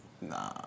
Nah